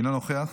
אינו נוכח.